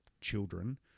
children